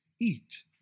eat